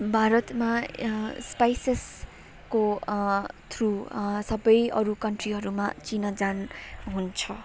भारतमा स्पाइसेसको थ्रु सबै अरू कन्ट्रीहरूमा चिनाजान हुन्छ